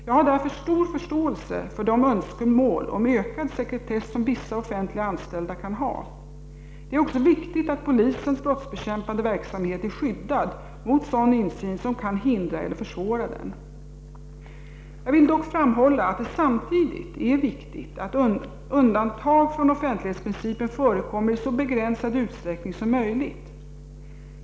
Jag har därför stor förståelse för de önskemål om ökad sekretess som vissa offentligt anställda kan ha. Det är också viktigt att polisens brottsbekämpande verksamhet är skyddad mot sådan insyn som kan hindra eller försvåra den. Jag vill dock framhålla att det samtidigt är viktigt att undantag från offentlighetsprincipen förekommer i så begränsad utsträckning som möjligt.